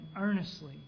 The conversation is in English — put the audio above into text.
earnestly